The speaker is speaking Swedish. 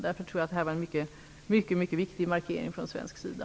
Därför tror jag att det här var en mycket viktig markering från svensk sida.